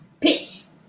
Peace